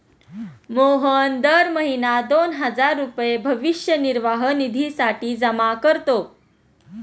मोहन दर महीना दोन हजार रुपये भविष्य निर्वाह निधीसाठी जमा करतो